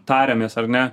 tariamės ar ne